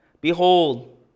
Behold